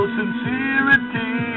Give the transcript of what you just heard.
sincerity